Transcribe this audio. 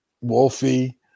Wolfie